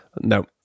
No